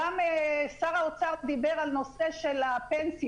גם שר האוצר דיבר על נושא הפנסיות,